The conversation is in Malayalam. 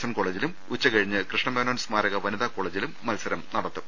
എൻ കോളജിലും ഉച്ചകഴിഞ്ഞ് കൃഷ്ണമേനോൻ സ്മാരക വനിതാ കോള ജിലും മത്സരം നടത്തും